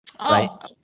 Right